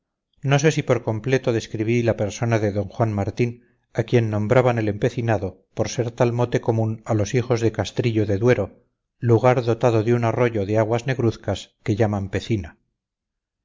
no sé si por completo describí la persona de d juan martín a quien nombraban el empecinado por ser tal mote común a los hijos de castrillo de duero lugar dotado de un arroyo de aguas negruzcas que llamaban pecina